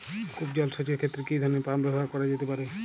কূপ জলসেচ এর ক্ষেত্রে কি ধরনের পাম্প ব্যবহার করা যেতে পারে?